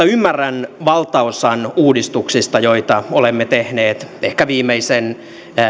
ymmärrän valtaosan uudistuksista joita olemme tehneet ehkä viimeisten